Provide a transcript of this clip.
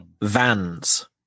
Vans